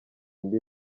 indi